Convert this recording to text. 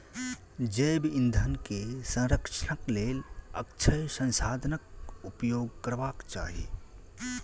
जैव ईंधन के संरक्षणक लेल अक्षय संसाधनाक उपयोग करबाक चाही